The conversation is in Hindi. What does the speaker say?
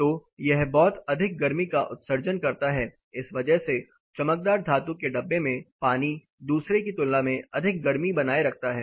तो यह बहुत अधिक गर्मी का उत्सर्जन करता है इस वजह से चमकदार धातु के डब्बे में पानी दूसरे की तुलना में अधिक गर्मी बनाए रखता है